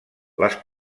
les